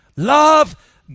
love